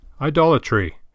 Idolatry